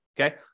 okay